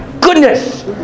goodness